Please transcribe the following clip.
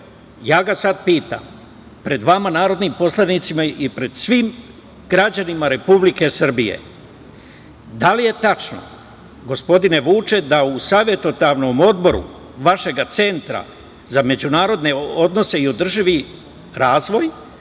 ga sada pitam, pred vama narodnim poslanicima i pred svim građanima Republike Srbije, da li je tačno, gospodine Vuče, da u savetodavnom odboru vašeg Centra za međunarodne odnose i održivi razvoj,